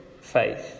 faith